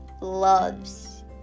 loves